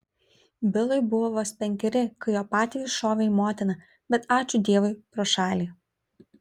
bilui buvę vos penkeri kai jo patėvis šovė į motiną bet ačiū dievui pro šalį